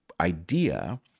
idea